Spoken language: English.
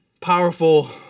powerful